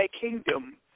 kingdom